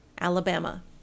Alabama